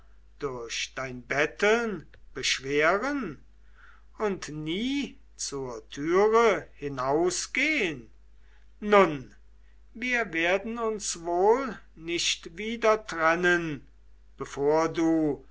durch dein betteln beschweren und nie zur türe hinausgehn nun wir werden uns wohl nicht wieder trennen bevor du